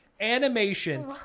animation